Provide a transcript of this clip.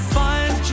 find